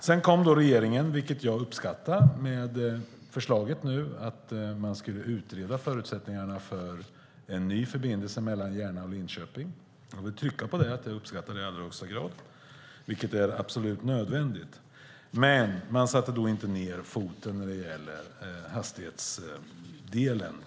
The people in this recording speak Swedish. Sedan kom regeringen, vilket jag uppskattar, med förslaget om att utreda förutsättningarna för en ny förbindelse mellan Järna och Linköping. Jag vill trycka på att jag uppskattar det i allra högsta grad. Det är absolut nödvändigt. Men man satte inte ned foten när det gäller hastighetsdelen.